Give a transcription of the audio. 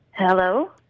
Hello